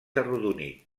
arrodonit